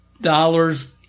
dollars